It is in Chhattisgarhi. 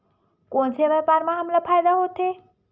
कोन से व्यापार म हमला फ़ायदा होथे?